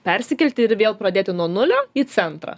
persikelti ir vėl pradėti nuo nulio į centrą